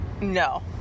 No